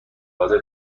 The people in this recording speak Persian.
حاضر